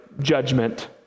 judgment